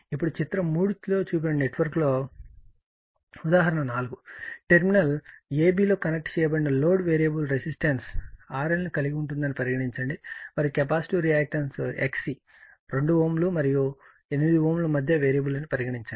ఇప్పుడు చిత్రం 3 లో చూపిన నెట్వర్క్లో ఉదాహరణ 4 టెర్మినల్ A B లో కనెక్ట్ చేయబడిన లోడ్ వేరియబుల్ రెసిస్టెన్స్ RL ను కలిగి ఉంటుందని పరిగణించండి మరియు కెపాసిటివ్ రియాక్టెన్స్ XC 2 Ω మరియు 8 Ω మధ్య వేరియబుల్ అని పరిగణించబడింది